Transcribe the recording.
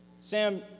Sam